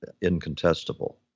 incontestable